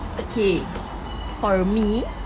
okay for me